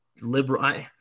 liberal